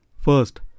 First